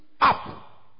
up